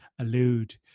allude